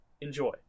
enjoy